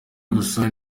gusa